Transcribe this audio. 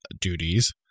duties